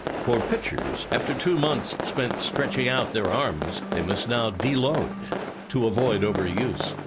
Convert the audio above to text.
for pitchers, after two months spent stretching out their arms, they must now deload to avoid overuse.